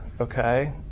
okay